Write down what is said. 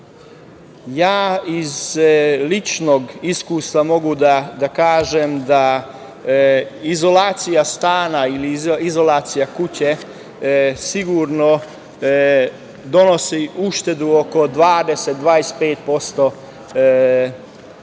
ličnog iskustva mogu da kažem da izolacija stana ili izolacija kuće sigurno donosi uštedu od oko 20 – 25% toplotne